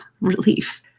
relief